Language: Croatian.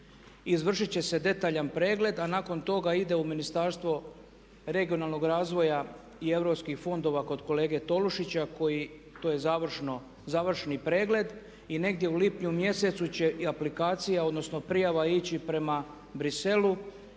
Izvršiti će se detaljan pregled a nakon toga ide u Ministarstvo regionalnog razvoja i europskih fondova kod kolege Tolušića koji, to je završni pregled. I negdje u lipnju mjesecu će i aplikacija odnosno prijava ići prema Briselu